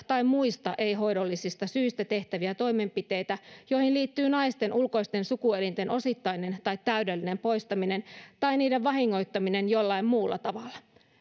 tai muista ei hoidollisista syistä tehtäviä toimenpiteitä joihin liittyy naisten ulkoisten sukuelinten osittainen tai täydellinen poistaminen tai niiden vahingoittaminen jollain muulla tavalla